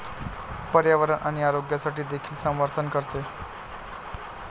पर्यावरण आणि आरोग्यासाठी देखील समर्थन करते